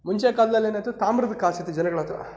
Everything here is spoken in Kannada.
ಮುಂಚೆ ಕಾಲದಲ್ಲೇನಿತ್ತು ತಾಮ್ರದ ಕಾಸಿತ್ತು ಜನಗಳ ಹತ್ರ